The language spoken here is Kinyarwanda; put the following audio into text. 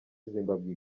zimbabwe